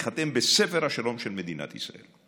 ייחתם בספר השלום של מדינת ישראל.